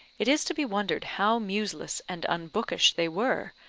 it is to be wondered how museless and unbookish they were,